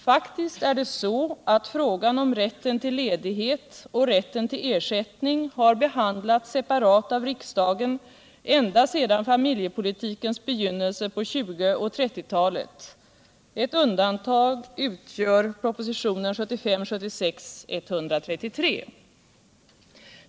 Faktiskt är det så att frågan om rätten till ledighet och rätten till ersättning har behandlats separat av riksdagen ända sedan familjepolitikens begynnelse på 1920 och 1930-talen. Ett undantag utgör propositionen 1975/76:133.